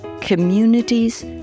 communities